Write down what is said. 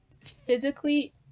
physically